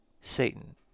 Satan